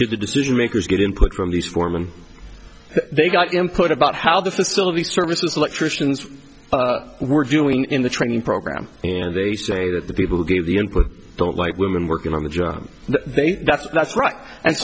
that the decision makers get input from the foreman they got input about how the facility services electricians were doing in the training program and they say that the people who give the input don't like women working on the job they that's